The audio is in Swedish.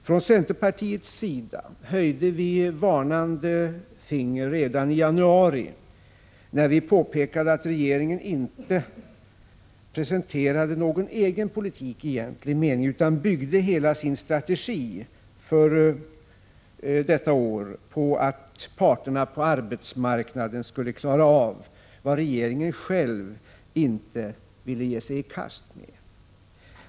Vi i centerpartiet höjde ett varnande finger redan i januari, när vi påpekade att regeringen inte presenterade någon egen politik i egentlig mening utan byggde hela sin strategi för detta år på att parterna på avtalsmarknaden skulle klara av vad regeringen själv inte ville ge sig i kast med.